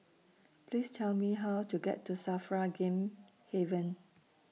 Please Tell Me How to get to SAFRA Game Haven